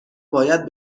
باید